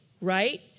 right